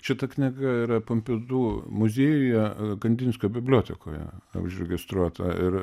šita knyga yra pompidu muziejuje kandinskio bibliotekoje užregistruota ir